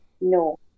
No